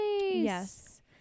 Yes